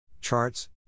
charts